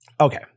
Okay